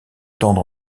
tendre